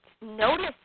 Notice